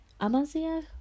Amaziah